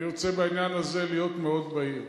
אני רוצה בעניין הזה להיות מאוד בהיר: